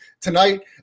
tonight